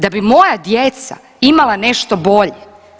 Da bi moja djeca imala nešto bolje.